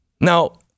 Now